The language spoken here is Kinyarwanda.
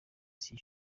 z’iki